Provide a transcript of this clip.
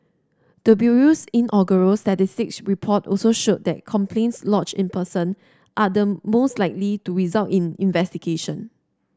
the bureau's inaugural statistics report also showed that complaints lodged in person are the most likely to result in investigation